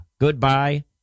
Goodbye